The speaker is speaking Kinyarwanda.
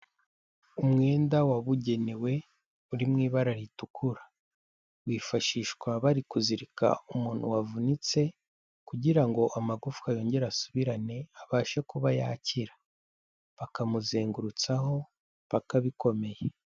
Umwenda wabugenewe uri mu ibara ritukura, wifashishwa bari kuzirika umuntu wavunitse kugira ngo amagufwa yongere asubirane abashe kuba yakira, bakamuzengurutsaho paka bikomeye.